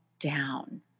down